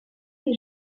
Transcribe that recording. les